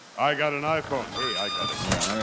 i got an iphone. hey, i got a yeah